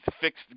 fix